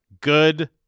good